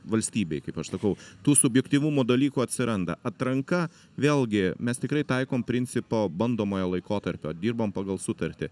valstybei kaip aš sakau tų subjektyvumo dalykų atsiranda atranka vėlgi mes tikrai taikom principą bandomojo laikotarpio dirbam pagal sutartį